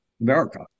America